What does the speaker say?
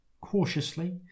cautiously